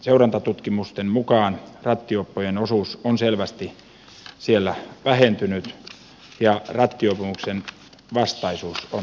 seurantatutkimusten mukaan rattijuoppojen osuus on siellä selvästi vähentynyt ja rattijuopumuksen vastaisuus on lisääntynyt